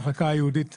המחלקה הייעודית,